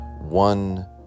one